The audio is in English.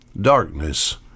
darkness